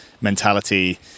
mentality